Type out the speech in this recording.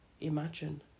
imagine